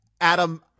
Adam